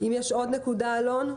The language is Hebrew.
אם יש עוד נקודה, אלון.